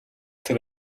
тэр